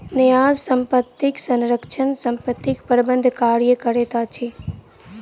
न्यास संपत्तिक संरक्षक संपत्ति प्रबंधनक कार्य करैत अछि